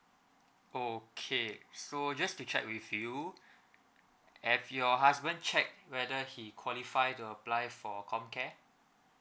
okay so just to check with you have your husband checked whether he qualify to apply for comcare